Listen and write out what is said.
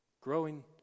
growing